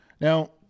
Now